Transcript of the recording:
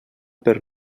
per